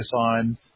on